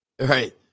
Right